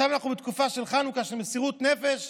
עכשיו אנחנו בתקופה של חנוכה, של מסירות נפש,